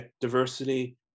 diversity